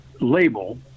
label